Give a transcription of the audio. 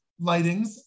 lightings